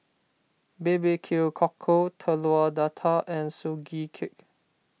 BBQ Cockle Telur Dadah and Sugee Cake